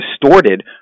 distorted